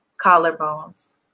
Collarbones